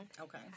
Okay